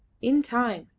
in time,